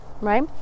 Right